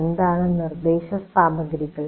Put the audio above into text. എന്താണ് നിർദേശസാമഗ്രികൾ